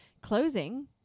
closing